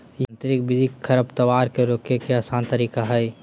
यांत्रिक विधि खरपतवार के रोके के आसन तरीका हइ